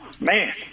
man